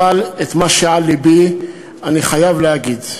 אבל את מה שעל לבי אני חייב להגיד.